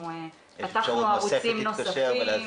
פתחנו ערוצים נוספים.